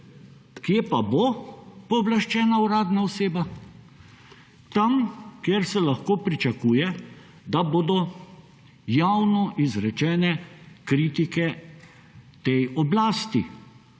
Kje pa bo pooblaščena uradna oseba? Tam, kjer se lahko pričakuje, da bodo javno izrečene kritike tej oblasti.